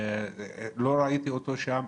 לא ראיתי את זה שם,